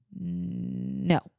No